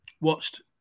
watched